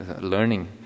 learning